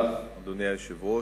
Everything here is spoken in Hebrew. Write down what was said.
אדוני היושב-ראש,